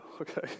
okay